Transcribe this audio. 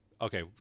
Okay